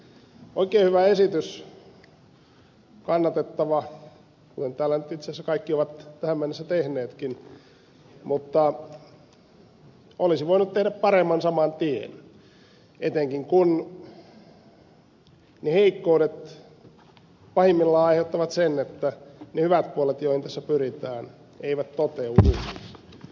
oikein hyvä esitys kannatettava kuten täällä nyt itse asiassa kaikki ovat tähän mennessä tehneetkin mutta olisi voinut tehdä paremman saman tien etenkin kun ne heikkoudet pahimmillaan aiheuttavat sen että ne hyvät puolet joihin tässä pyritään eivät toteudu